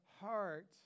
heart